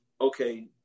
okay